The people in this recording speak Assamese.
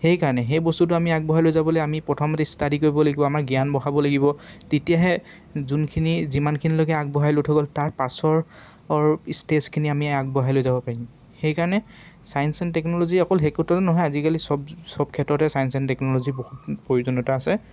সেইকাৰণে সেই বস্তুটো আমি আগবঢ়াই লৈ যাবলৈ আমি প্ৰথমতে ষ্টাডী কৰিব লাগিব আমাৰ জ্ঞান বঢ়াব লাগিব তেতিয়াহে যোনখিনি যিমানখিনিলৈকে আগবঢ়াই লৈ থৈ গ'ল তাৰ পাছৰ ষ্টেজখিনি আমি আগবঢ়াই লৈ যাব পাৰিম সেইকাৰণে চায়েন্স এণ্ড টেকনলজি অকল সেই ক্ষেত্ৰতে নহয় আজিকালি চব চব ক্ষেত্ৰতে চায়েন্স এণ্ড টেকনলজি বহুত প্ৰয়োজনীয়তা আছে